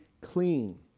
clean